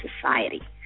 society